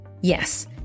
Yes